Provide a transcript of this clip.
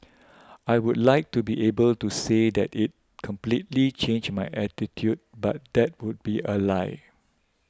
I would like to be able to say that it completely changed my attitude but that would be a lie